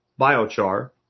biochar